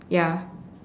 ya